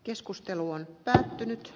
keskustelu on päättynyt